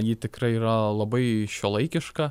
ji tikrai yra labai šiuolaikiška